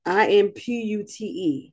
impute